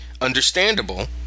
understandable